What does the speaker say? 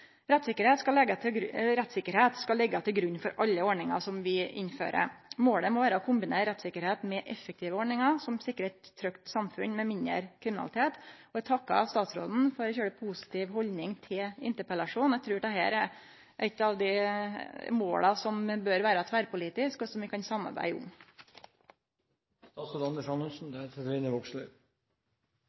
Rettssikkerheit skal liggje til grunn for alle ordningar som vi innfører. Målet må vere å kombinere rettssikkerheit med effektive ordningar som sikrar eit trygt samfunn med mindre kriminalitet, og eg takkar statsråden for ei særs positiv haldning til interpellasjonen. Eg trur dette er eit av dei måla som bør vere tverrpolitisk, og som vi kan samarbeide